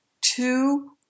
two